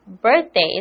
birthdays